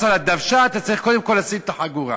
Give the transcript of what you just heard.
על הדוושה אתה צריך קודם כול לשים את החגורה.